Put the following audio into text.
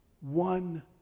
one